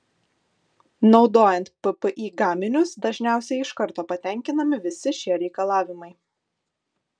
naudojant ppi gaminius dažniausiai iš karto patenkinami visi šie reikalavimai